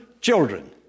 children